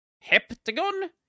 Heptagon